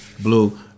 Blue